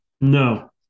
No